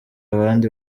abandi